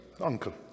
uncle